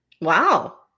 wow